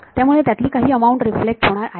त्यामुळे त्यातली काही अमाउंट रिफ्लेक्ट होणार आहे